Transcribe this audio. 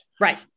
Right